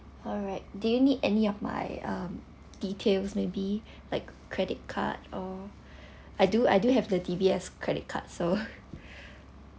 alright do you need any of my um details may be like credit card or I do I do have the D_B_S credit card so